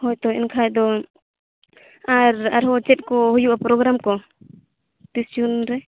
ᱦᱳᱭ ᱛᱚ ᱮᱱᱠᱷᱟᱱ ᱫᱚ ᱟᱨ ᱟᱨᱦᱚᱸ ᱪᱮᱫ ᱠᱚ ᱦᱩᱭᱩᱜᱼᱟ ᱯᱨᱳᱜᱨᱟᱢ ᱠᱚ ᱛᱤᱨᱤᱥ ᱡᱩᱱ ᱨᱮ